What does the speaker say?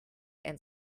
and